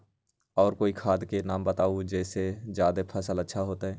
और कोइ खाद के नाम बताई जेसे अच्छा फसल होई?